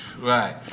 Right